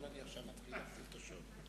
אבל אני עכשיו מתחיל להפעיל את השעון.